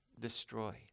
destroy